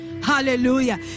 Hallelujah